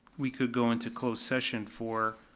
we could go into closed session for,